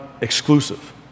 exclusive